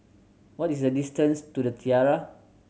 what is the distance to The Tiara